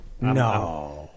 no